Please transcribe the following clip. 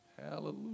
Hallelujah